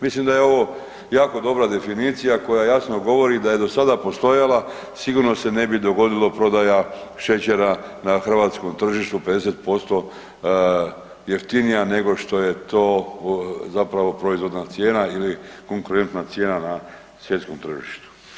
Mislim da je ovo jako dobra definicija koja jasno govori da je do sada postojala sigurno se ne bi dogodilo prodaja šećera na hrvatskom tržištu 50% jeftinija nego što je to zapravo proizvodna cijena ili konkurentna cijena na svjetskom tržištu.